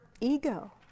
ego